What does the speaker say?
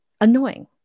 annoying